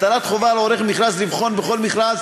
הטלת חובה על עורך מכרז לבחון בכל מכרז